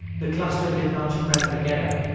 the cluster did not spread in the ghetto.